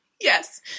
Yes